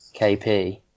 KP